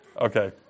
Okay